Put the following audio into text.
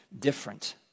different